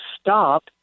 stop